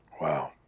Wow